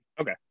Okay